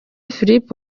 philippe